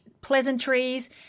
pleasantries